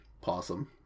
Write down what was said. possum